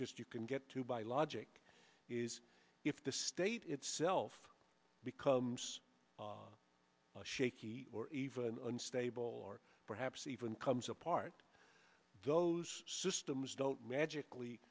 just you can get to by logic is if the state itself becomes shaky or even unstable or perhaps even comes apart those systems don't magically